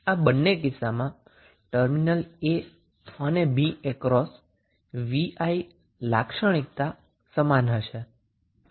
આ બંને કિસ્સામાં આપણે ટર્મિનલ a અને b ની અક્રોસમા V I લાક્ષણિતા સમાન જોઇશુ